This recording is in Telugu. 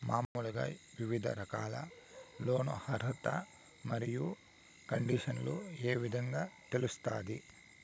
మామూలుగా వివిధ రకాల లోను అర్హత మరియు కండిషన్లు ఏ విధంగా తెలుస్తాది?